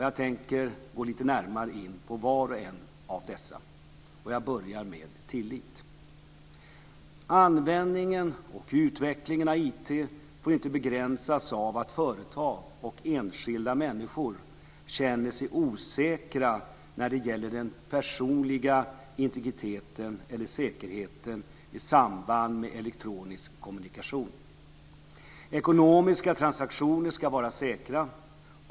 Jag tänker gå lite närmare in på var och en av dessa, och jag börjar med tillit. Användningen och utvecklingen av IT får inte begränsas av att företag och enskilda människor känner sig osäkra när det gäller den personliga integriteten eller säkerheten i samband med elektronisk kommunikation. Ekonomiska transaktioner ska vara säkra.